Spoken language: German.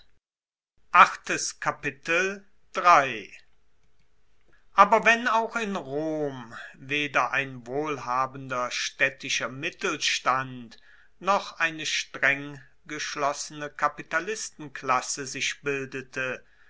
aber wenn auch in rom weder ein wohlhabender staedtischer mittelstand noch eine streng geschlossene kapitalistenklasse sich bildete